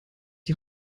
die